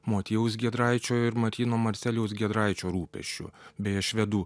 motiejaus giedraičio ir martyno marcelijaus giedraičio rūpesčiu beje švedų